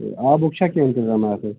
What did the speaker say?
آبُک چھا کیٚنٛہہ اِنتظام اَتٮ۪تھ